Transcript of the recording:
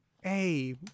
hey